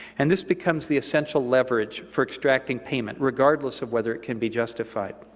and this becomes the essential leverage for extracting payment, regardless of whether it can be justified.